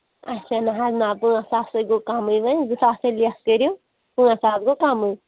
اچھا نہ حظ نہ پانٛژھ ساسے گوٚو کَمٕے وۅنۍ زٕ ساس تۄہہِ لیس کٔرِو ژور ساس گوٚو کَمٕے